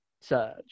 search